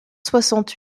soixante